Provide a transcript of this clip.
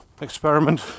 experiment